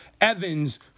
Evans